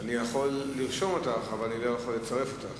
אני יכול לרשום אותך אבל אני לא יכול לצרף אותך.